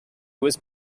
was